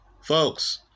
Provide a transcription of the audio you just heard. folks